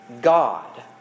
God